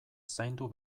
zaindu